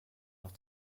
noch